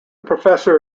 professor